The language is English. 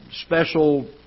special